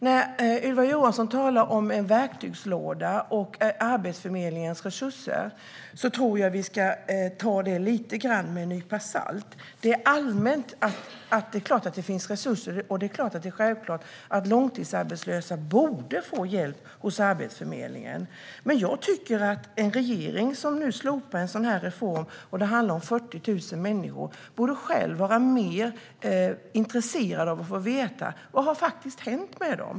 Det Ylva Johansson säger om en verktygslåda och Arbetsförmedlingen resurser ska vi nog ta med en nypa salt. Det är klart att det finns resurser och att långtidsarbetslösa borde få hjälp hos Arbetsförmedlingen. Men jag tycker att en regering som slopar en reform som berör 40 000 människor borde vara mer intresserad av att få veta vad som har hänt med dem.